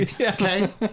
Okay